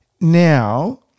now